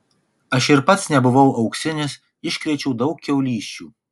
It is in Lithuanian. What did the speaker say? aš ir pats nebuvau auksinis iškrėčiau daug kiaulysčių